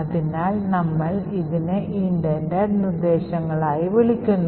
അതിനാൽ നമ്മൾ ഇതിനെ ഇന്റന്റഡ് ഉദ്ദേശിച്ച നിർദ്ദേശങ്ങളായി വിളിക്കുന്നു